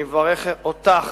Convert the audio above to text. אני מברך אותך,